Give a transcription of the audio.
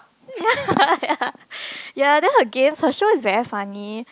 ya ya then her game her show is very funny